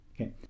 Okay